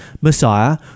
Messiah